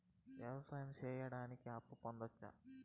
వ్యవసాయం సేయడానికి అప్పు పొందొచ్చా?